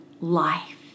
life